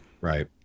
Right